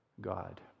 God